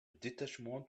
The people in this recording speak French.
détachement